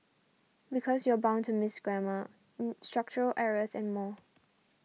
because you're bound to miss grammar structural errors and more